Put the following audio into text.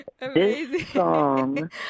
Amazing